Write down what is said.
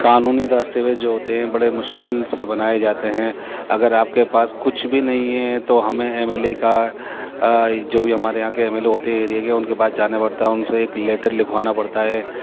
قانونی دستاویز جو ہوتے ہیں بڑے مشکل سے بنائے جاتے ہیں اگر آپ کے پاس کچھ بھی نہیں ہے تو ہمیں ایم ایل اے کا جو بھی ہمارے یہاں کے ایم ایل اے ہوتے ہے ایریے کے ان کے پاس جانا پڑتا ہے ان سے ایک لیٹر لکھوانا پڑتا ہے